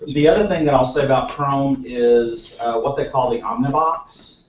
the other thing that i will say about chrome is what they call the omnibox.